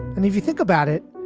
and if you think about it,